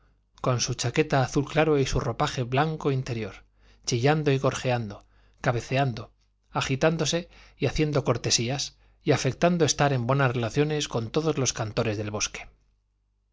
con su chaqueta azul claro y su ropaje blanco interior chillando y gorjeando cabeceando agitándose y haciendo cortesías y afectando estar en buenas relaciones con todos los cantores del boscaje